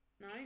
no